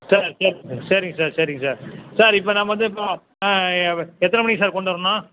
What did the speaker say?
sir சரிங்க sir சரிங்க sir sir இப்போ நான் வந்து இப்போ எத்தனை மணிக்கு சார் கொண்டு வரணும்